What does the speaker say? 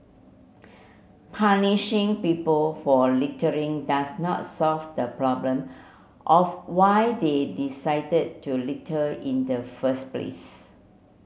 punishing people for littering does not solve the problem of why they decided to litter in the first place